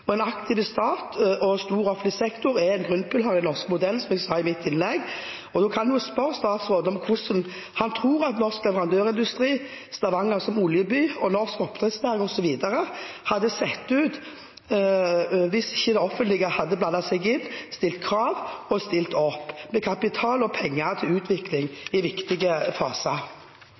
makt. En aktiv stat og en stor offentlig sektor er grunnpilaren i den norske modellen, som jeg sa i mitt innlegg. Da kan jeg jo spørre statsråden om hvordan han tror at norsk leverandørindustri, Stavanger som oljeby, norsk oppdrettsnæring osv. hadde sett ut hvis ikke det offentlige hadde blandet seg inn, stilt krav og stilt opp med kapital og penger til utvikling i viktige faser.